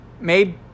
made